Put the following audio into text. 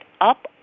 up